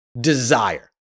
desire